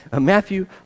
Matthew